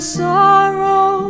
sorrow